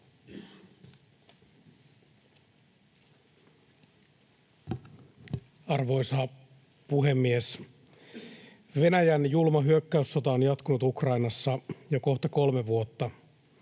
Arvoisa puhemies! Venäjän julma hyökkäyssota on jatkunut Ukrainassa jo kohta kolme vuotta.